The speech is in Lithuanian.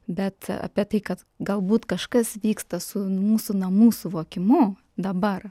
bet apie tai kad galbūt kažkas vyksta su mūsų namų suvokimu dabar